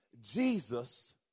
Jesus